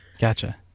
Gotcha